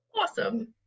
awesome